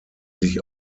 sich